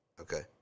Okay